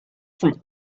from